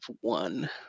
one